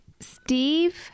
Steve